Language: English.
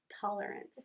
Tolerance